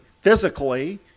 physically